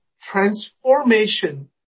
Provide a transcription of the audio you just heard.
transformation